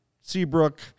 Seabrook